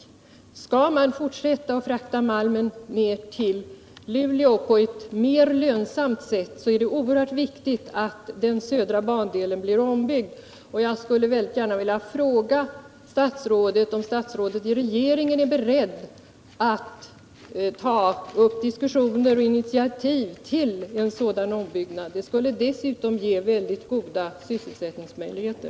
Skall man kunna frakta malmen ned till Luleå på ett mer lönsamt sätt ät det oerhört viktigt att den södra bandelen blir ombyggd. Jag skulle väldigt gärna vilja fråga statsrådet om han är beredd att i regeringen ta upp diskussioner om och ta initiativ till en sådan ombyggnad. Den skulle dessutom ge mycket goda sysselsättningsmöjligheter.